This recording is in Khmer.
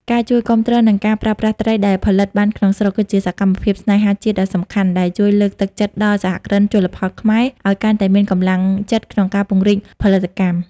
ការជួយគាំទ្រ និងការប្រើប្រាស់ត្រីដែលផលិតបានក្នុងស្រុក គឺជាសកម្មភាពស្នេហាជាតិដ៏សំខាន់ ដែលជួយលើកទឹកចិត្តដល់សហគ្រិនជលផលខ្មែរឱ្យកាន់តែមានកម្លាំងចិត្តក្នុងការពង្រីកផលិតកម្ម។